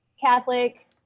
Catholic